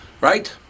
Right